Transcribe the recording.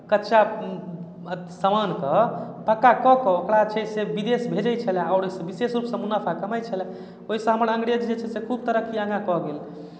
कच्चा समानकेँ पक्का कऽ कऽ ओकरा छै से विदेश भेजैत छलय आओर ओहिसँ विशेष रूपसँ मुनाफा कमाइत छलय ओहिसँ हमर अङ्ग्रेज जे छै से खुब तरक्की आगाँ कऽ गेल